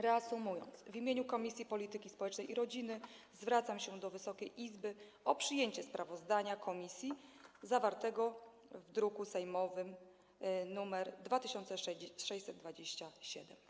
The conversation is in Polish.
Reasumując, w imieniu Komisji Polityki Społecznej i Rodziny zwracam się do Wysokiej Izby o przyjęcie sprawozdania komisji zawartego w druku sejmowym nr 2627.